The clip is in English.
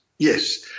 Yes